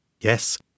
Yes